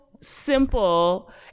simple